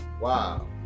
Wow